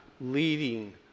leading